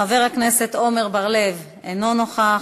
חבר הכנסת אראל מרגלית, אינו נוכח.